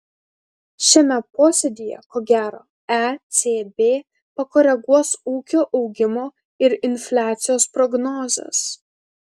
šiame posėdyje ko gero ecb pakoreguos ūkio augimo ir infliacijos prognozes